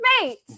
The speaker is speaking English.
Mate